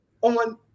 on